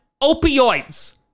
opioids